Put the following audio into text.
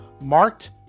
marked